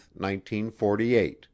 1948